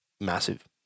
massive